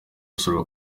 gusozwa